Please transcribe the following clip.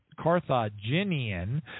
Carthaginian